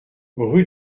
rue